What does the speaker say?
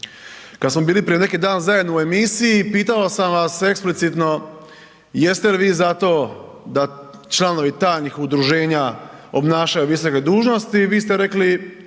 Kad smo bili pred neki dan zajedno u emisiji, pitao sam vas eksplicitno jeste li vi za to da članovi tajnih udruženja obnašaju visoke dužnosti, vi ste rekli